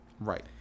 Right